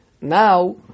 Now